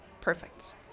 Perfect